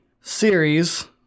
series